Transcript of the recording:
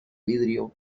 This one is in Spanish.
vidrio